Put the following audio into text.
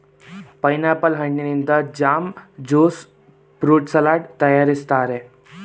pineapple ಹಣ್ಣಿನಿಂದ jam, juice fruit salad ತರಯಾರಿಸ್ತರೆ